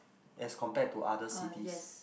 as compare to other cities